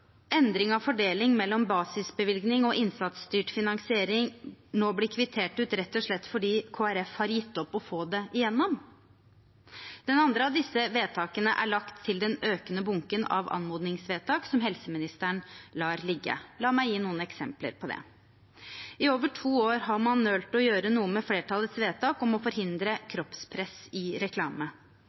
endring av fordelingen mellom basisbevilgning og innsatsstyrt finansiering nå blir kvittert ut rett og slett fordi Kristelig Folkeparti har gitt opp å få det igjennom? Det andre av disse vedtakene er lagt til den økende bunken av anmodningsvedtak som helseministeren lar ligge. La meg gi noen eksempler. I over to år har man nølt med å gjøre noe med flertallets vedtak om å forhindre kroppspress i reklame.